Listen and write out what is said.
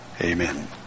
amen